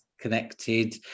connected